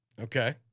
Okay